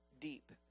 deep